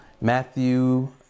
Matthew